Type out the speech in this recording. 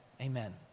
Amen